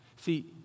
See